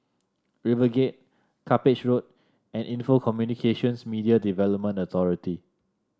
River Gate Cuppage Road and Info Communications Media Development Authority